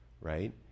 right